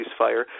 ceasefire